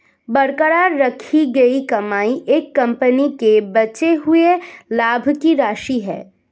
बरकरार रखी गई कमाई एक कंपनी के बचे हुए लाभ की राशि है